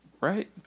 Right